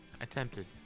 Attempted